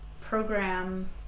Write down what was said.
program